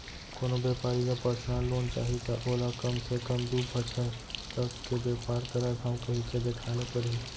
कोनो बेपारी ल परसनल लोन चाही त ओला कम ले कम दू बछर तक के बेपार करत हँव कहिके देखाए ल परही